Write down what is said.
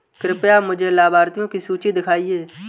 कृपया मुझे लाभार्थियों की सूची दिखाइए